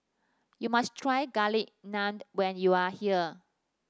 you must try Garlic Naan when you are here